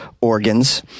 organs